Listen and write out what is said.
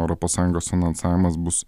europos sąjungos finansavimas bus